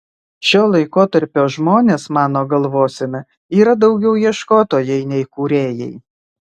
šio laikotarpio žmonės mano galvosena yra daugiau ieškotojai nei kūrėjai